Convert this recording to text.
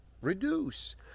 reduce